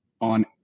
on